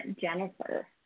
Jennifer